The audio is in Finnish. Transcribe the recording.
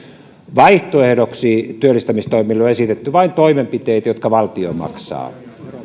vaihtoehdoksi työllistämistoimille on esitetty vain toimenpiteitä jotka valtio maksaa